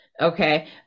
okay